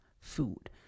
food